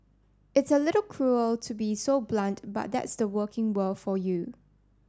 it's a little cruel to be so blunt but that's the working world for you